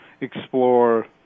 explore